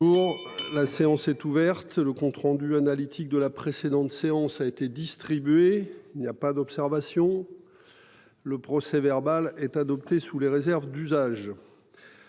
La séance est ouverte. Le compte rendu analytique de la précédente séance a été distribué. Il n'y a pas d'observation ?... Le procès-verbal est adopté sous les réserves d'usage.